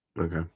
Okay